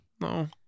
No